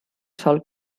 sol